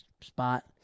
spot